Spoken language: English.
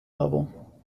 level